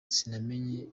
sinamenye